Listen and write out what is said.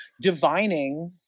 divining